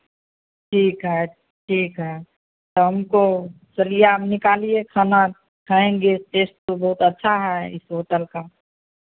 ठीक है ठीक है तो हमको चलिये आप निकालिये खाना खाएंगे टेस्ट तो बहुत अच्छा है इस होटल का